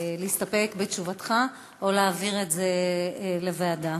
להסתפק בתשובתך או להעביר את זה לוועדה?